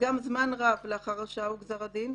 גם זמן רב לאחר הרשעה וגזר הדין,